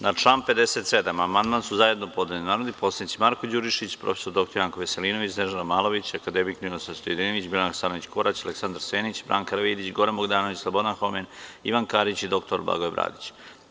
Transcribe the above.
Na član 57. amandman su zajedno podneli narodni poslanici Marko Đurišić, prof. dr Janko Veselinović, Snežana Malović, akademik Ninoslav Stojadinović, Biljana Hasanović Korać, Aleksandar Senić, Branka Karavidić, Goran Bogdanović, Slobodan Homen, Ivan Karić i dr Blagoje Bradić.